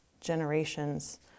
generations